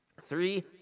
Three